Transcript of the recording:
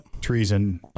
treason